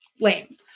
lame